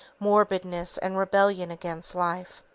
morbidness and rebellion against life.